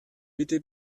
bitte